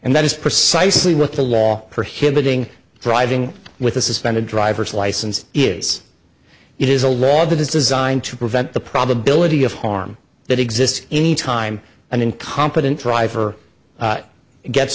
and that is precisely what the law prohibiting driving with a suspended driver's license is it is a law that is designed to prevent the probability of harm that exists any time an incompetent driver